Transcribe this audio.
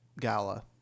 gala